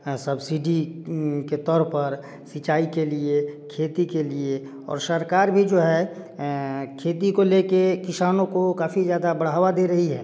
subsidy के तौर पर सिंचाई के लिए खेती के लिए और सरकार भी जो है खेती को लेके किसानों को काफ़ी ज़्यादा बढ़ावा दे रही है